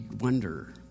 wonder